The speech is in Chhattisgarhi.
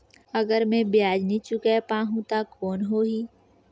अगर मै ब्याज नी चुकाय पाहुं ता कौन हो ही?